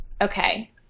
okay